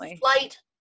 flight